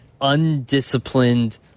undisciplined